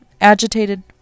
agitated